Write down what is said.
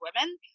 women